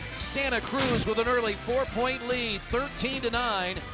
santa cruz with an early four-point lead, thirteen. and i mean